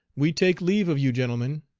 we take leave of you, gentlemen,